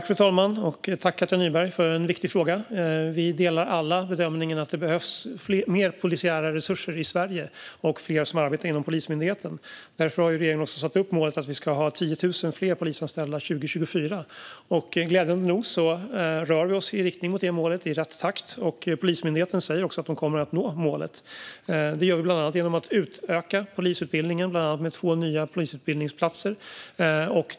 Fru talman! Tack, Katja Nyberg, för en viktig fråga! Vi gör alla bedömningen att det behövs mer polisiära resurser i Sverige och fler som arbetar inom Polismyndigheten. Därför har regeringen satt upp målet att vi ska ha 10 000 fler polisanställda 2024, och glädjande nog rör vi oss i riktning mot det målet, i rätt takt. Polismyndigheten säger att målet kommer att nås. Detta gör vi bland annat genom att utöka polisutbildningen, däribland med två nya polisutbildningsorter.